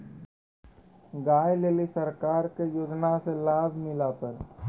गाय ले ली सरकार के योजना से लाभ मिला पर?